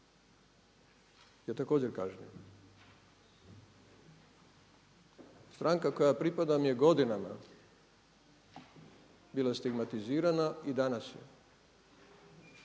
je također kažnjen. Stranka kojoj ja pripadam je godinama bila stigmatizirana i danas je.